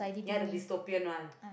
ya the dystopian one